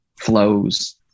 flows